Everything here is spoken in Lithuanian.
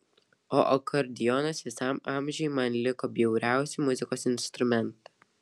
o akordeonas visam amžiui man liko bjauriausiu muzikos instrumentu